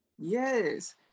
Yes